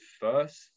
first